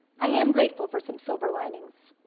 i am grateful for some silver linings.